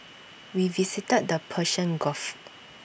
we visited the Persian gulf